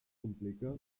complica